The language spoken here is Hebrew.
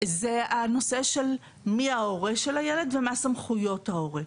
אליו זה מי ההורה של הילד ומה סמכויות ההורה.